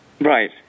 Right